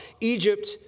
Egypt